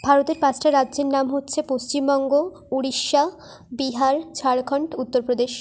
ভারতের পাঁচটা রাজ্যের নাম হচ্ছে পশ্চিমবঙ্গ উড়িষ্যা বিহার ঝাড়খন্ড উত্তর প্রদেশ